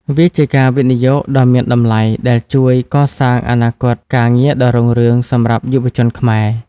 វាជាការវិនិយោគដ៏មានតម្លៃដែលជួយកសាងអនាគតការងារដ៏រុងរឿងសម្រាប់យុវជនខ្មែរ។